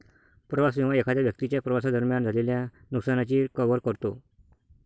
प्रवास विमा एखाद्या व्यक्तीच्या प्रवासादरम्यान झालेल्या नुकसानाची कव्हर करतो